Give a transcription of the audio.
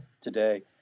today